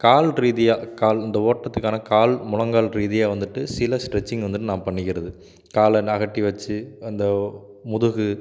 கால் ரீதியாக கால் இந்த ஓட்டத்துக்கான கால் முழங்கால் ரீதியாக வந்துட்டு சில ஸ்ட்ரெச்சிங் வந்துட்டு நான் பண்ணிக்கிறது காலை அகட்டி வச்சு அந்த முதுகு